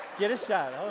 get a shot.